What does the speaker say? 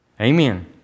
Amen